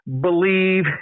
believe